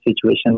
situation